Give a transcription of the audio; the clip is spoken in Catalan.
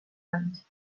anys